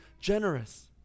generous